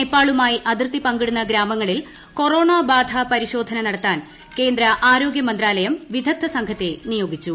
നേപ്പാളുമായി അതിർത്തി പങ്കിടുന്ന ഗ്രാമങ്ങളിൽ കൊറോണ ബാധ പരിശോധന നടത്താൻ കേന്ദ്ര ആരോഗ്യ മന്ത്രാലയം വിദഗ്ദ്ധ സംഘത്തെ നിയോഗിച്ചു